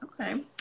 Okay